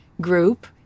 group